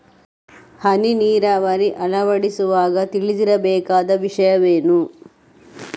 ಹನಿ ನೀರಾವರಿ ಅಳವಡಿಸುವಾಗ ತಿಳಿದಿರಬೇಕಾದ ವಿಷಯವೇನು?